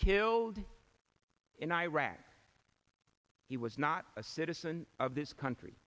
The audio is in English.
killed in iraq he was not a citizen of this country